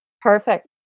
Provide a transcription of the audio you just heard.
Perfect